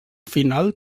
final